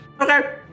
Okay